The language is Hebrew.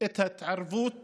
את ההתערבות